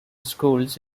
schools